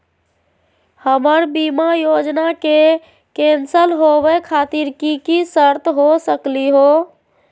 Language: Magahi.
हमर बीमा योजना के कैन्सल होवे खातिर कि कि शर्त हो सकली हो?